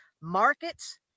markets